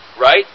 right